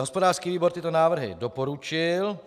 Hospodářský výbor tyto návrhy doporučil,